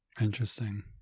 Interesting